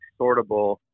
sortable